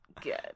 good